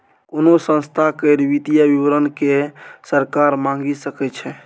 कोनो संस्था केर वित्तीय विवरण केँ सरकार मांगि सकै छै